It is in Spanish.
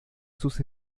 sus